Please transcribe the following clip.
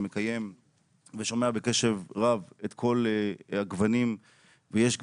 מקיים ושומע בקשב רב את כל הגוונים ויש גוונים,